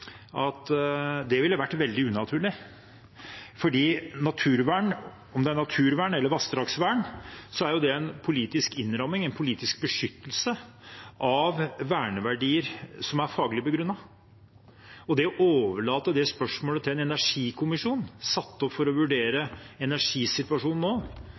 det ville vært veldig unaturlig, for om det er naturvern eller vassdragsvern, er det en politisk innramming, en politisk beskyttelse, av verneverdier som er faglig begrunnet. Det å overlate det spørsmålet til en energikommisjon, satt opp for å vurdere energisituasjonen nå,